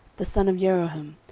the son of jeroham,